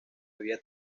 había